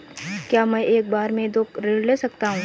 क्या मैं एक बार में दो ऋण ले सकता हूँ?